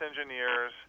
engineers